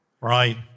right